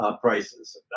prices